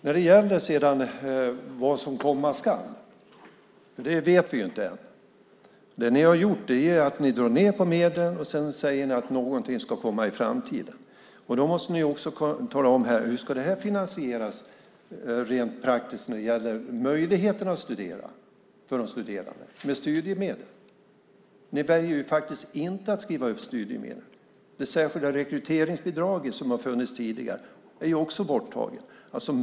När det sedan gäller vad som komma ska vet vi inte det än. Det som ni har gjort är att dra ned på medlen och säga att någonting ska komma i framtiden. Då måste ni också tala om hur detta ska finansieras när det rent praktiskt gäller möjligheterna för de studerande att studera med studiemedel. Ni väljer faktiskt inte att höja studiemedlen. Det särskilda rekryteringsbidraget som har funnits tidigare är också borttaget.